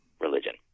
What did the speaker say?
religion